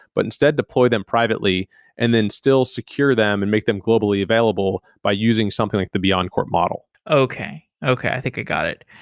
but instead deploy them privately and then still secure them and make them globally available by using something like the beyondcorp model okay. okay. i think i got it.